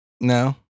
No